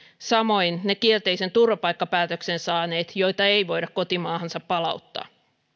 samoin ne kielteisen turvapaikkapäätöksen saaneet joita ei voida kotimaahansa palauttaa